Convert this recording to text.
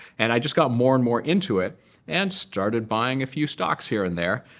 and i just got more and more into it and started buying a few stocks here and there.